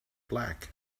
black